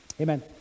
Amen